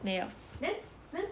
没有